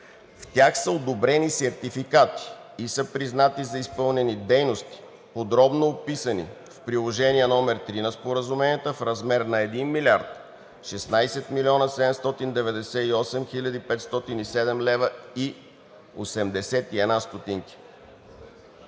В тях са одобрени сертификати и са признати за изпълнени дейности, подробно описани в Приложение № 3 на споразуменията в размер на 1 млрд. 16 млн. 798 хил. 507,81 лв.